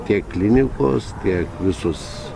tiek klinikos tiek visos